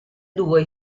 due